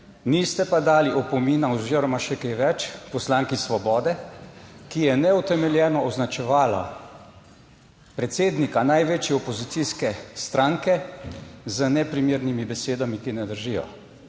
niste pa dali opomina oziroma še kaj več poslanki Svobode, ki je neutemeljeno označevala predsednika največje opozicijske stranke z neprimernimi besedami, ki ne držijo.